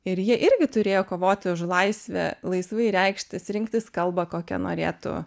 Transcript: ir jie irgi turėjo kovoti už laisvę laisvai reikštis rinktis kalbą kokia norėtų